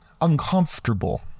uncomfortable